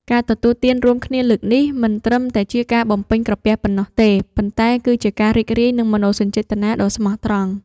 ការទទួលទានរួមគ្នាលើកនេះ មិនត្រឹមតែជាការបំពេញក្រពះប៉ុណ្ណោះទេ ប៉ុន្តែគឺជាការរីករាយនឹងមនោសញ្ចេតនាដ៏ស្មោះត្រង់។